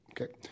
Okay